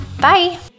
Bye